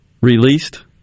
released